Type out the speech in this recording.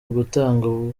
ugutanga